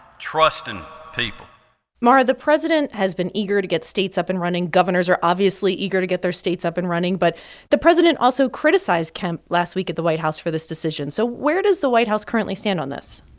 trusting people mara, the president has been eager to get states up and running. governors are obviously eager to get their states up and running. but the president also criticized kemp last week at the white house for this decision. so where does the white house currently stand on this?